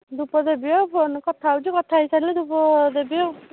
ଧୂପ ଦେବି ଆଉ ଫୋନ୍ରେ କଥା ହେଉଛି କଥା ହେଇ ସାରିଲେ ଧୂପ ଦେବି ଆଉ